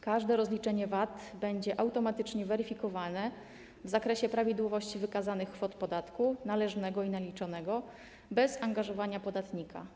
Każde rozliczenie VAT będzie automatycznie weryfikowane w zakresie prawidłowości wykazanych kwot podatku należnego i naliczonego, bez angażowania podatnika.